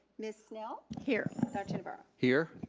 ms. snell. here. dr. navarro. here.